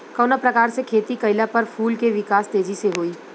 कवना प्रकार से खेती कइला पर फूल के विकास तेजी से होयी?